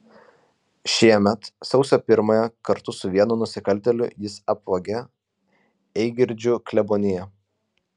šiemet sausio pirmąją kartu su vienu nusikaltėliu jis apvogė eigirdžių kleboniją